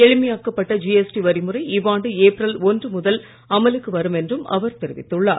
எளிமையாக்கப்பட்ட GST வரிமுறை இவ்வாண்டு April ஒன்று முதல் அமலுக்கு வரும் என்றும் அவர் தெரிவித்துள்ளார்